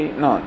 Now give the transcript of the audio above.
no